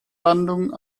landung